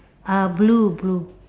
uh blue blue